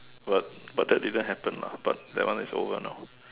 but but that didn't happen lah but that one is over now